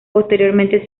posteriormente